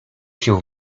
się